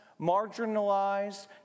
marginalized